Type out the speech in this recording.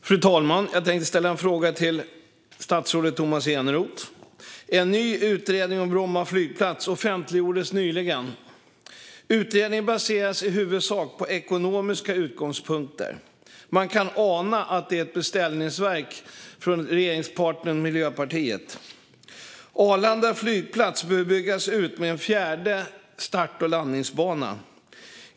Fru talman! Jag vill ställa en fråga till statsrådet Tomas Eneroth. En ny utredning om Bromma flygplats offentliggjordes nyligen. Utredningen baseras i huvudsak på ekonomiska utgångspunkter. Man kan ana att det är ett beställningsverk från regeringspartnern Miljöpartiet. Arlanda flygplats behöver byggas ut med en fjärde start och landningsbana.